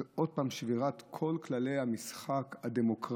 זה עוד פעם שבירה של כל כללי המשחק הדמוקרטיים.